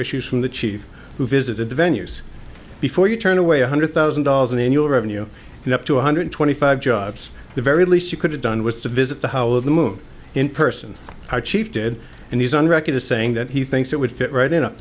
issues from the chief who visited the venues before you turn away one hundred thousand dollars in annual revenue and up to one hundred twenty five jobs the very least you could have done was to visit the how of the moon in person our chief did and he's on record as saying that he thinks it would fit right in up